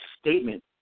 statement